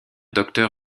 docteur